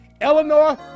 Eleanor